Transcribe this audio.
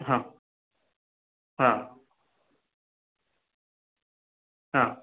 हां हां हां